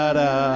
da